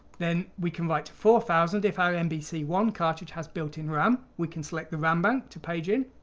then we can write and four thousand if our m b c one cartridge has built-in ram. we can select the ram bank to page in,